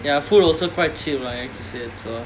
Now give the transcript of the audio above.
their food also quite cheap lah as you said so